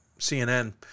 CNN